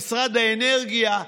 משרד האנרגיה,